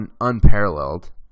unparalleled